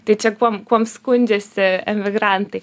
tai čia kuom kuom skundžiasi emigrantai